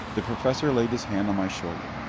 the professor laid his hand on my shoulder.